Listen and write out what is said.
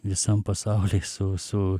visam pasauliui su su